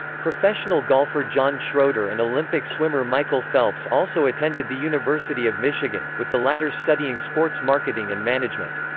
professional golfer john schroeder and olympic swimmer michael phelps also attended the university of michigan, with the latter studying sports marketing and management.